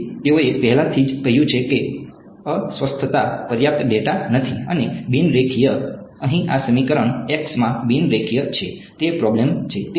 તેથી તેઓએ પહેલાથી જ કહ્યું છે કે અસ્વસ્થતા પર્યાપ્ત ડેટા નથી અને બિન રેખીય અહીં આ સમીકરણ માં બિન રેખીય છે તે પ્રોબ્લેમ છે